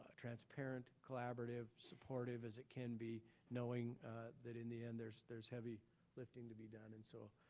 ah transparent, collaborative, supportive as it can be, knowing that in the end, there's there's heavy lifting to be done and so,